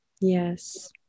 Yes